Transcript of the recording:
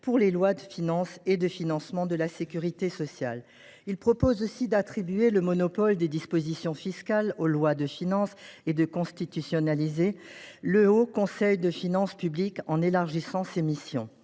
dans les lois de finances et les lois de financement de la sécurité sociale. Ses auteurs proposent aussi d’attribuer le monopole des dispositions fiscales aux lois de finances et de constitutionnaliser le Haut Conseil des finances publiques en élargissant ses missions.